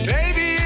Baby